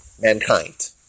mankind